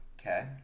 Okay